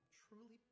truly